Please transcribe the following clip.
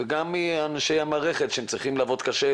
וגם מאנשי המערכת שצריכים לעבוד קשה,